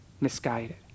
misguided